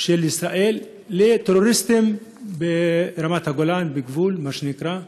של ישראל לטרוריסטים ברמת הגולן, בגבול, מה שנקרא,